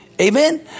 Amen